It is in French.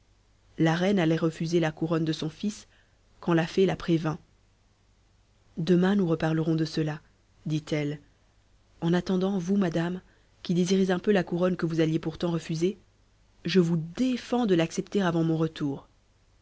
la reine allait refuser la couronne de son fils quand la fée la prévint demain nous reparlerons de cela dit-elle en attendant vous madame qui désirez un peu la couronne que vous alliez pourtant refuser je vous défends de l'accepter avant mon retour